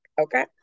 Okay